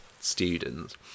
students